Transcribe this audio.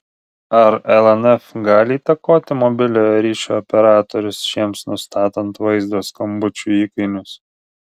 ar lnf gali įtakoti mobiliojo ryšio operatorius šiems nustatant vaizdo skambučių įkainius